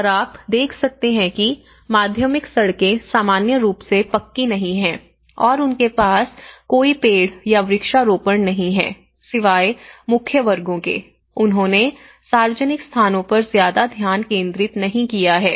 और आप देख सकते हैं कि माध्यमिक सड़कें सामान्य रूप से पक्की नहीं हैं और उनके पास कोई पेड़ या वृक्षारोपण नहीं है सिवाय मुख्य वर्गों के उन्होंने सार्वजनिक स्थानों पर ज्यादा ध्यान केंद्रित नहीं किया है